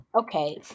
Okay